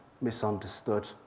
misunderstood